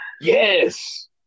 Yes